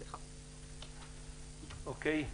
אוקיי.